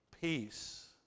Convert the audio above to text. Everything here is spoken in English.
peace